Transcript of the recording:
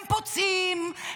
הם פוצעים,